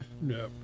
No